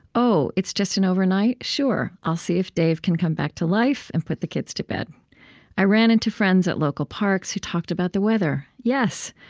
oh, it's just an overnight? sure, i'll see if dave can come back to life and put the kids to bed i ran into friends at local parks who talked about the weather. yes.